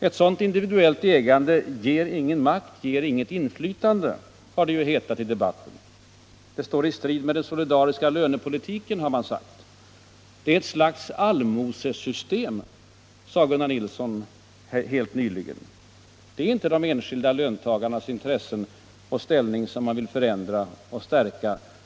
Ett sådant individuellt ägande ger ingen makt, ger inget inflytande, heter det. Det står i strid med den solidariska lönepolitiken. Det är ett slags ”allmosesystem”, sade Gunnar Nilsson helt nyligen. Det är inte de enskilda löntagarnas intressen och ställning man vill förändra och stärka.